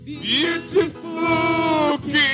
beautiful